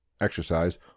exercise